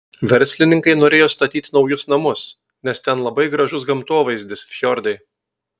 verslininkai norėjo statyti naujus namus nes ten labai gražus gamtovaizdis fjordai